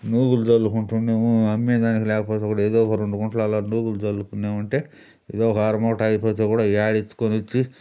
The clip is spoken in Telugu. నూకలు చల్లుకుంటున్నాము అమ్మే దానికి లేకపోతే కూడా ఏదో రెండు గుంటలు అలా నూకలు చల్లుకున్నామంటే ఏదో ఒక అర మూట అయిపోతే కూడా అవి ఆడిచ్చుకొనిచ్చి